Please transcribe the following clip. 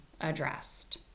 addressed